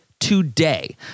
today